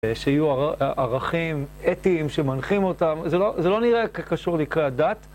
שיהיו ערכים אתיים שמנחים אותם, זה לא נראה קשור לקראת דת.